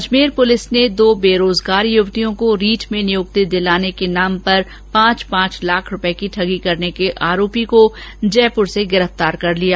Ajmer police ने दो बेरोजगार युवतियों को रीट में नियुक्ति दिलाने के नाम पर पांच पांच लाख रूपए की ठगी करने के आरोपी को जयपुर से गिरफ्तार कर लिया